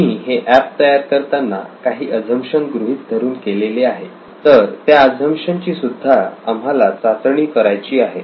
आम्ही हे एप तयार करताना काही अझम्पशन गृहीत धरून हे केले तर त्या अझम्पशन ची सुद्धा आम्हाला चाचणी करावयाची आहे